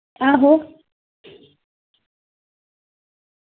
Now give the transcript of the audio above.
आहो